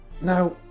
Now